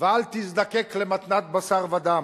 ואל תזדקק למתנת בשר ודם.